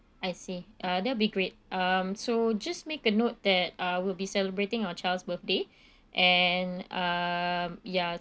I see uh that'll be great um so just make a note that uh we'll be celebrating our child's birthday and um ya